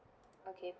okay